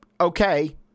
Okay